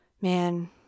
man